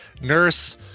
nurse